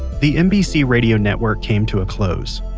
the nbc radio network came to a close,